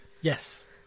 yes